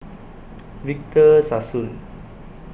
Victor Sassoon